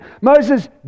Moses